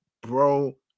Bro